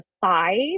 five